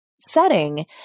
setting